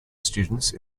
students